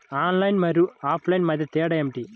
Online మరియు offline మధ్య తేడా ఏమిటీ?